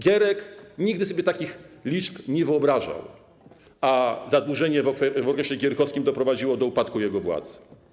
Gierek nigdy sobie takich liczb nie wyobrażał, a zadłużenie w okresie gierkowskim doprowadziło do upadku jego władzy.